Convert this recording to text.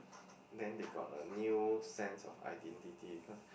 then they got a new sense of identity